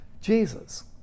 Jesus